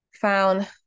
found